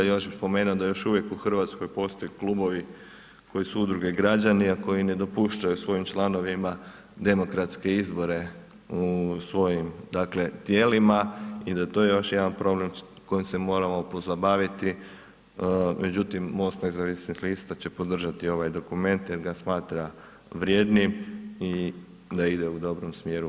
Još bih spomenuo da još uvijek u Hrvatskoj postoje klubovi koji su udruge građani, a koji ne dopuštaju svojim članovima demokratske izbore u svojim tijelima i da je to još jedan problem s kojim se moramo pozabaviti, međutim MOST Nezavisnih lista će podržati ovaj dokument jer da smatra vrijednim i da ide u dobrom smjeru.